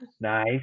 Nice